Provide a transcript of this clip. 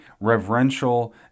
reverential